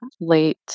late